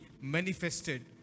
manifested